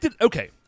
Okay